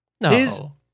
No